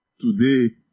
Today